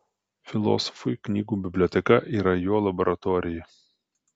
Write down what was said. filosofui knygų biblioteka yra jo laboratorija